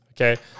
Okay